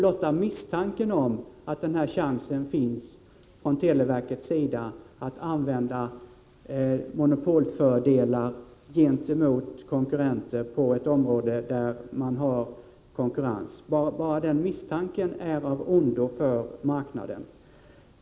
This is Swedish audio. Blotta misstanken om att televerket har chansen att använda monopolfördelar gentemot konkurrenter på ett område där man har konkurrens är av ondo för marknaden.